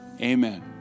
amen